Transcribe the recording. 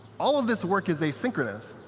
all of this work is asynchronous,